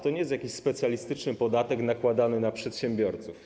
To nie jest jakiś specjalistyczny podatek nakładany na przedsiębiorców.